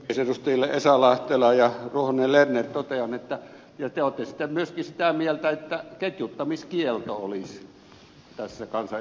edustajille esa lahtela ja ruohonen lerner totean että te olette sitten myöskin sitä mieltä että ketjuttamiskielto olisi tässä kansanedustajan hommassa